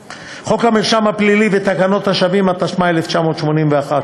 37. חוק המרשם הפלילי ותקנות השבים,